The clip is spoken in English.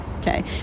okay